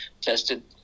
tested